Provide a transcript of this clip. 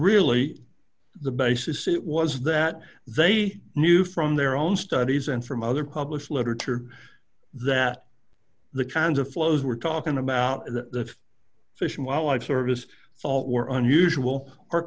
really the basis it was that they knew from their own studies and from other published literature that the kinds of flows we're talking about the fish and wildlife service all were unusual or